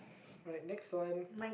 alright next one